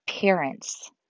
parents